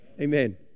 Amen